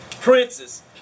Princes